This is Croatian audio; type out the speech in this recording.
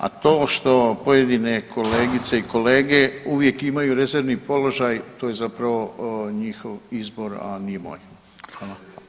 A to što pojedine kolegice i kolege uvijek imaju rezervni položaj to je zapravo njihov izbor, a nije moj.